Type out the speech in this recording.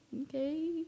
okay